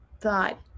thought